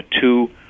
two